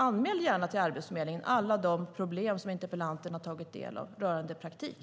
Anmäl gärna till Arbetsförmedlingen alla de problem som interpellanten har tagit del av rörande praktik!